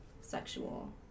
sexual